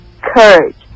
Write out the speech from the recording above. courage